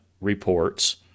reports